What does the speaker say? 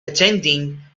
attending